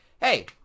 Hey